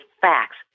facts